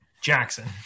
Jackson